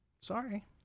Sorry